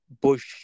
Bush